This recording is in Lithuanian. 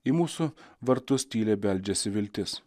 į mūsų vartus tyliai beldžiasi viltis